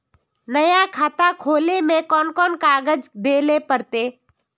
नया खाता खोले में कौन कौन कागज देल पड़ते?